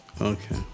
Okay